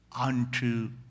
unto